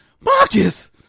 Marcus